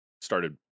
started